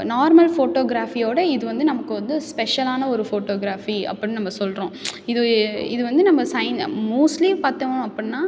normal ஃபோட்டோகிராஃபியோடு இது வந்து நமக்கு வந்து ஸ்பெஷலான ஒரு ஃபோட்டோகிராஃபி அப்புடின்னு நம்ம சொல்கிறோம் இது இது வந்து நம்ம சைன் மோஸ்ட்லி பார்த்தோம் அப்புடின்னா